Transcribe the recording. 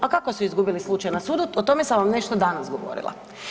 A kako su izgubili slučaj na sudu, o tome sam vam nešto danas govorila.